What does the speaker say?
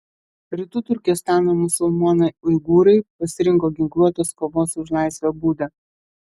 rytų turkestano musulmonai uigūrai pasirinko ginkluotos kovos už laisvę būdą